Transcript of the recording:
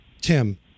Tim